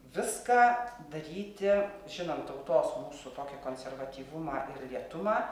viską daryti žinant tautos mūsų tokį konservatyvumą ir lėtumą